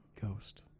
Ghost